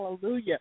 Hallelujah